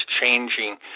changing